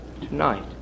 tonight